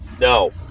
No